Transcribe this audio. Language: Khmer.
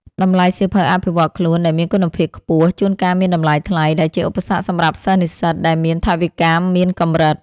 តម្លៃសៀវភៅអភិវឌ្ឍខ្លួនដែលមានគុណភាពខ្ពស់ ជួនកាលមានតម្លៃថ្លៃ ដែលជាឧបសគ្គសម្រាប់សិស្សនិស្សិតដែលមានថវិកាមានកម្រិត។